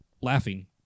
laughing